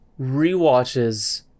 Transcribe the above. rewatches